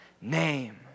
name